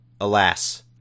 alas